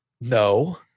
No